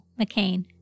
McCain